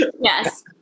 Yes